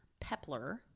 pepler